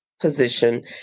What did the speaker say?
Position